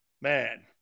Man